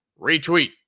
Retweet